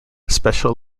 special